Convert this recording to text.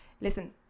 listen